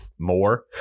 more